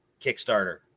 Kickstarter